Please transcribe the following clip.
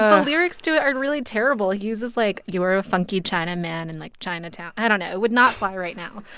the lyrics to it are really terrible. he was just, like, you were ah funky china man in, like, chinatown i don't know. it would not fly right now.